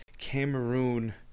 Cameroon